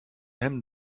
hemden